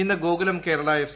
ഇന്ന് ഗോകുലം കേരള എഫ്